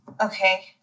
Okay